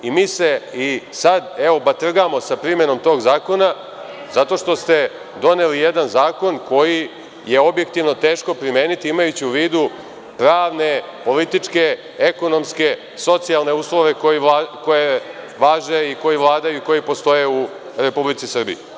Mi se i sada evo batrgamo sa primenom tog zakona zato što ste doneli jedan zakon koji je objektivno teško primeniti imajući u vidu pravne političke, ekonomske, socijalne uslove koji važe i koji vladaju i koji postoje u Republici Srbiji.